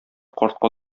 картка